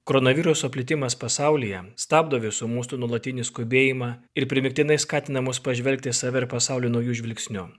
koronaviruso plitimas pasaulyje stabdo visų mūsų nuolatinį skubėjimą ir primygtinai skatina mus pažvelgti į save ir pasaulį nauju žvilgsniu